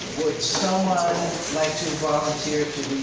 would someone like to volunteer